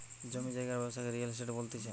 জমি জায়গার ব্যবসাকে রিয়েল এস্টেট বলতিছে